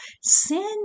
Sin